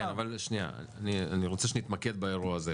אני רוצה שנתמקד באירוע הזה.